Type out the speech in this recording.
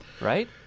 Right